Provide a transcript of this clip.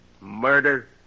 murder